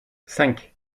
cinq